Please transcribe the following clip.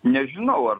nežinau ar